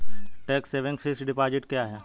Tax saving fixed deposit क्या है?